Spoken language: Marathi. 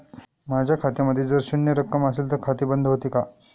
माझ्या खात्यामध्ये जर शून्य रक्कम असेल तर खाते बंद होते का?